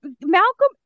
Malcolm